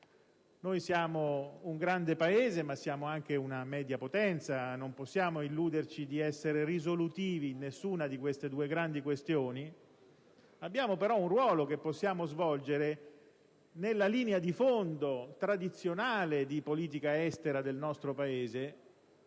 Siamo un grande Paese, ma anche una media potenza: non possiamo illuderci di essere risolutivi in nessuna di queste due grandi questioni. Abbiamo però un ruolo che possiamo svolgere nella linea di fondo tradizionale di politica estera del nostro Paese,